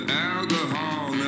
alcohol